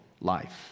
life